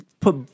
put